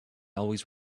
always